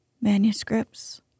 manuscripts